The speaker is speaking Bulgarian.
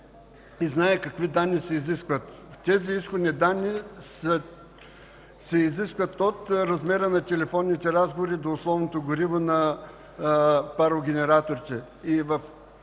и знае какви данни се изискват. В тези изходни данни се изисква от размера на телефонните разговори до основното гориво на парогенераторите.